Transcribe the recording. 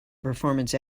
performance